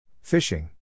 Fishing